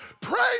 Pray